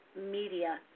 Media